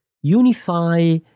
Unify